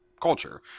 culture